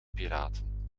piraten